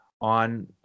on